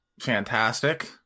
fantastic